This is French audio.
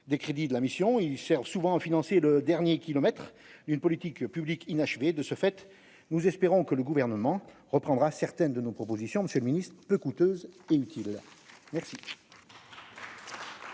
des crédits de la mission ils sert souvent à financer le dernier kilomètre d'une politique publique, inachevé, de ce fait, nous espérons que le gouvernement reprendra certaines de nos propositions Monsieur le Ministre. Peu coûteuse et inutile. Merci